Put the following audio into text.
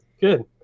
good